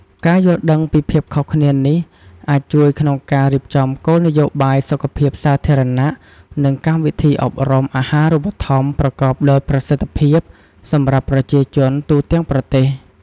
ការយល់ដឹងពីភាពខុសគ្នានេះ អាចជួយក្នុងការរៀបចំគោលនយោបាយសុខភាពសាធារណៈ និងកម្មវិធីអប់រំអាហារូបត្ថម្ភប្រកបដោយប្រសិទ្ធភាពសម្រាប់ប្រជាជនទូទាំងប្រទេស។